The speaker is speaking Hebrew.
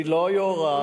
היא לא יורה,